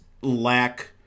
lack